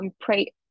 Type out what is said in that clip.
pray